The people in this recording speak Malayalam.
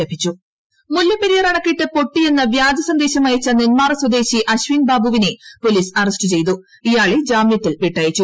ട്ടട്ടട ട്ടടട മുല്ലപ്പെരിയാർ അണക്കെട്ട് പൊട്ടിയെന്ന് വ്യാജസന്ദേശം അയച്ച നെന്മാറ സ്വദേശി അശ്വിൻ ബാബുവിനെ പോലീസ് അറച്റ്റ്ചെയ്ത ഇയാളെ ജാമൃത്തിൽ വിട്ടയച്ചു